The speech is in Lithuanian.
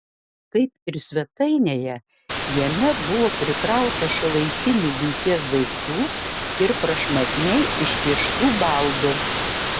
kaip ir svetainėje jame buvo prikrauta šiuolaikinių buities daiktų ir prašmatniai išpieštų baldų